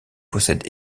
possède